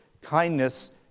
Kindness